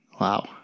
Wow